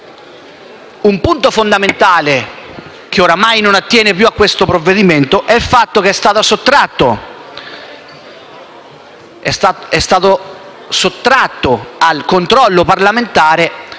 Un punto fondamentale, che ormai non attiene più al provvedimento, è il fatto che è stata sottratta al controllo parlamentare